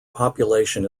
population